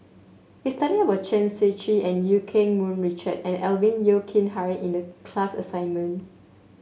we studied about Chen Shiji and Eu Keng Mun Richard and Alvin Yeo Khirn Hai in the class assignment